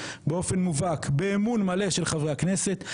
באופן מובהק באמון מלא של חברי הכנסת,